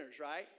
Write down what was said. right